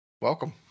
Welcome